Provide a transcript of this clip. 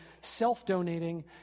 self-donating